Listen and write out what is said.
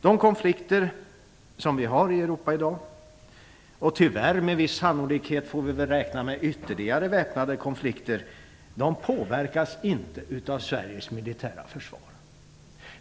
De konflikter som vi i dag har i Europa - och tyvärr får vi med viss sannolikhet räkna med ytterligare väpnade konflikter - påverkas inte av Sveriges militära försvar.